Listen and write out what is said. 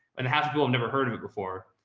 and it has to be, i've never heard of it before.